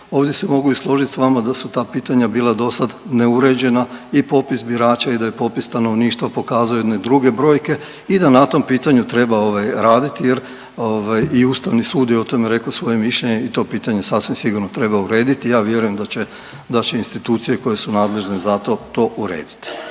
ovdje se i mogu složiti s vama da su ta pitanja bila dosad neuređena i popis birača i da je popis stanovništva pokazao jedne druge brojke i da na tom pitanju treba ovaj raditi jer ovaj i Ustavni sud je o tome rekao svoje mišljenje i to pitanje sasvim sigurno treba urediti. Ja vjerujem da će, da će institucije koje su nadležne za to to urediti.